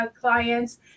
clients